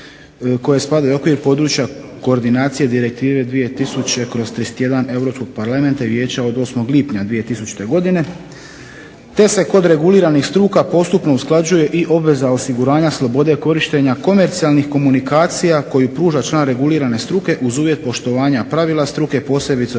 koje spadaju u okvir područja koordinacije Direktive 2000/31 Europskog parlamenta i vijeća od 8. lipnja 2000. te se kod reguliranih struka postupno usklađuje i obveza osiguranja slobode korištenja komercijalnih komunikacija koji pruža član regulirane struke, uz uvjet poštovanja pravila struke, posebice u